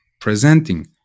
presenting